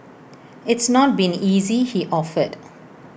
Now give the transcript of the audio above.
it's not been easy he offered